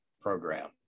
program